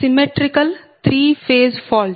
symmetrical three phase fault